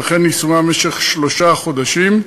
ייבחן יישומה במשך שלושה חודשים,